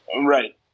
Right